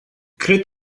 cred